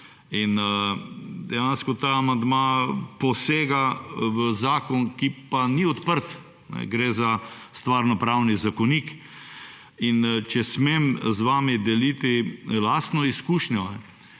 in dejansko ta amandma posega v zakon, ki pa ni odprt, gre za stvarnopravni zakonik in če smem z vami deliti lastno izkušnjo,